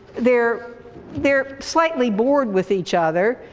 they're they're slightly bored with each other,